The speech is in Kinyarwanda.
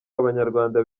abanyarwanda